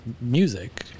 music